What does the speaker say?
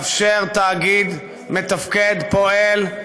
ולאפשר תאגיד מתפקד, פועל,